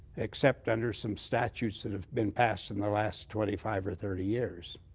except under some statutes that have been passed in the last twenty five or thirty years.